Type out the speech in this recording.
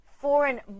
foreign